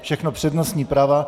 Všechno přednostní práva.